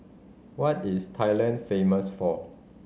what is Thailand famous for